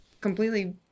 completely